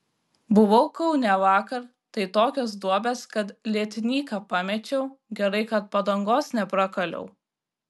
buvau kaune vakar tai tokios duobės kad lietnyką pamečiau gerai kad padangos neprakaliau